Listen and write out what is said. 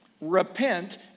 Repent